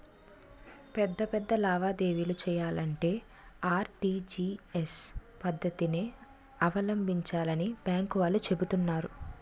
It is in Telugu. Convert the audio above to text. పెద్ద పెద్ద లావాదేవీలు చెయ్యాలంటే ఆర్.టి.జి.ఎస్ పద్దతినే అవలంబించాలని బాంకు వాళ్ళు చెబుతున్నారు